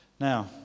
Now